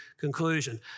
conclusion